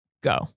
Go